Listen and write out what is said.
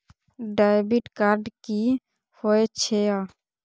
Debit card की होय छेय?